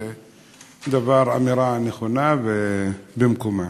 זו אמירה נכונה ובמקומה.